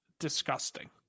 disgusting